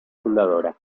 fundadora